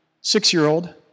six-year-old